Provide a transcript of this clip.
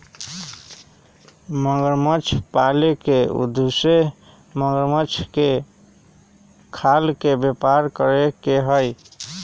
मगरमच्छ पाले के उद्देश्य मगरमच्छ के खाल के व्यापार करे के हई